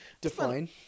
Define